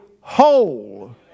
whole